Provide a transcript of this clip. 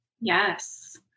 Yes